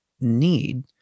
need